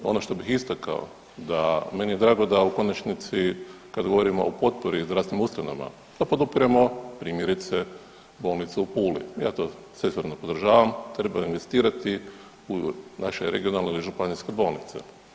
Ono što bih istakao da, meni je drago da u konačnici kad govorimo o potpori u zdravstvenim ustanovama, to podupiremo, primjerice, bolnicu u Puli, ja to svesrdno podržavam, treba investirati u naše regionalne i županijske bolnice.